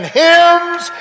hymns